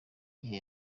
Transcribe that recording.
igihe